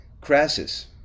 Crassus